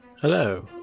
Hello